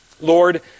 Lord